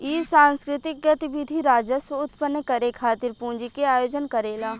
इ सांस्कृतिक गतिविधि राजस्व उत्पन्न करे खातिर पूंजी के आयोजन करेला